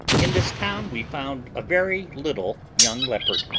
in this town we found a very little young leopard,